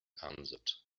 answered